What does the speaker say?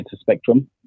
spectrum